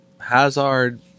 Hazard